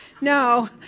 No